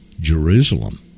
jerusalem